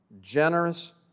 generous